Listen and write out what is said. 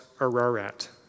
Ararat